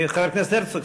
חבר הכנסת הרצוג.